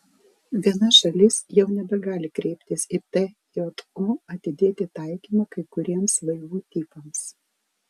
viena šalis jau nebegali kreiptis į tjo atidėti taikymą kai kuriems laivų tipams